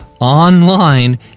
online